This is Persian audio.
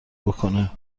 بکنه